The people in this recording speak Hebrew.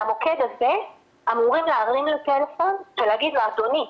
מהמוקד הזה אמורים להרים לו טלפון ולהגיד לו 'אדוני,